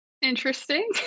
interesting